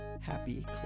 happy